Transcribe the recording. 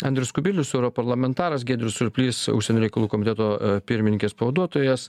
andrius kubilius europarlamentaras giedrius surplys užsienio reikalų komiteto pirmininkės pavaduotojas